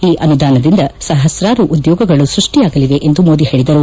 ಈ ಅನುದಾನದಿಂದ ಸಹಸ್ರಾರು ಉದ್ಯೋಗಗಳು ಸ್ಕಷ್ಟಿಯಾಗಲಿವೆ ಎಂದು ಮೋದಿ ಹೇಳಿದರು